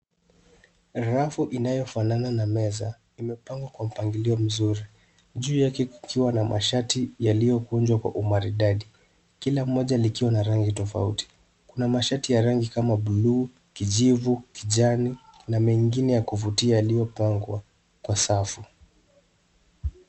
Rafu inayofanana na meza imepangwa kwa mpangilio mzuri. Juu yake kuna mashati yaliyo kunjwa kwa umaridadi, kila moja likiwa na rangi tofauti. Kuna mashati ya rangi kama buluu, kijivu, kijani, na mengine ya kufutia yaliyo pangwa kwa safu.